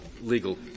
legal